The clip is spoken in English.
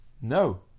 No